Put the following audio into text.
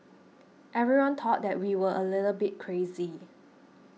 everyone thought that we were a little bit crazy